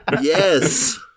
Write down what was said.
Yes